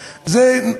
רפואיים,